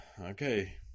okay